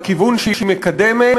בכיוון שהיא מקדמת,